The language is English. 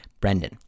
Brendan